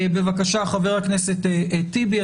בבקשה, חבר הכנסת טיבי.